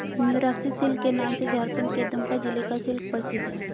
Mayurakshi silk के नाम से झारखण्ड के दुमका जिला का सिल्क प्रसिद्ध है